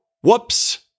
whoops